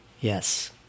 Yes